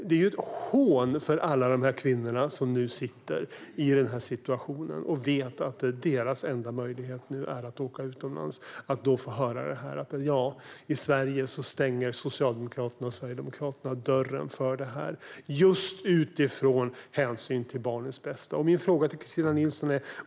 Det är ett hån mot alla de kvinnor som sitter i denna situation och vet att deras enda möjlighet är att åka utomlands att Socialdemokraterna och Sverigedemokraterna stänger dörren just utifrån hänsyn till barnens bästa.